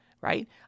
right